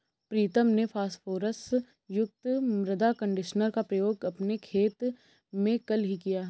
प्रीतम ने फास्फोरस युक्त मृदा कंडीशनर का प्रयोग अपने खेत में कल ही किया